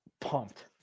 pumped